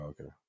Okay